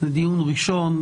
זה דיון ראשון.